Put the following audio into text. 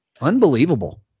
Unbelievable